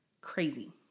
crazy